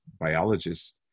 biologists